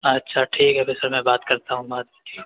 اچھا ٹھیک ہے پھر اس سے میں بات کرتا ہوں بات ٹھیک ہے